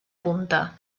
punta